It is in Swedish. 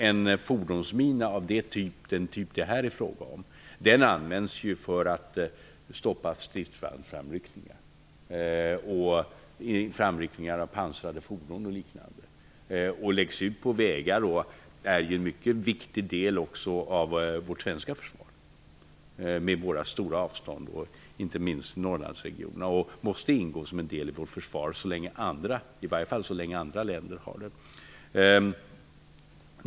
En fordonsmina av den typ som det här är fråga om används ju för att stoppa stridsframryckningar, framryckningar av pansrade fordon och liknande. De läggs ut på vägar och är en mycket viktig del också av vårt svenska försvar. Sverige har stora avstånd, inte minst i Norrlandsregionerna. Därför måste denna mina ingå som en del i vårt försvar, i varje fall så länge andra länder har den.